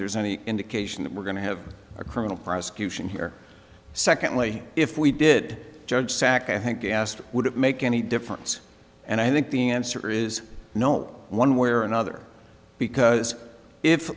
there's any indication that we're going to have a criminal prosecution here secondly if we did judge sac i think asked would it make any difference and i think the answer is no one way or another because if